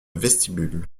vestibule